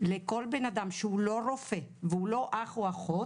לכל בן אדם שהוא לא רופא והוא לא אח או אחות,